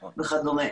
וכדומה.